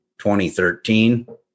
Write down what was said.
2013